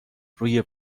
روی